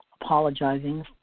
apologizing